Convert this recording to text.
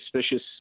suspicious